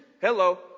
Hello